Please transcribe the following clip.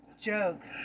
jokes